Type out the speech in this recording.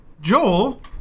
Joel